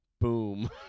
boom